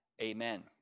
Amen